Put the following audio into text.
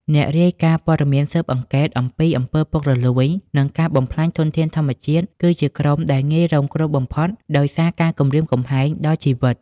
អ្នករាយការណ៍ព័ត៌មានស៊ើបអង្កេតអំពីអំពើពុករលួយ និងការបំផ្លាញធនធានធម្មជាតិ គឺជាក្រុមដែលងាយរងគ្រោះបំផុតដោយសារការគំរាមកំហែងដល់ជីវិត។